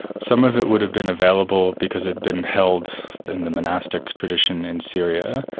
some of it would have been available because it had been held in the monastic tradition in syria,